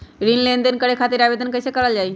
ऋण लेनदेन करे खातीर आवेदन कइसे करल जाई?